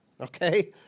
Okay